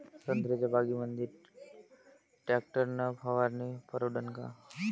संत्र्याच्या बगीच्यामंदी टॅक्टर न फवारनी परवडन का?